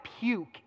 puke